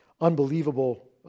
unbelievable